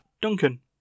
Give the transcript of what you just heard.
Duncan